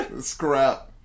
scrap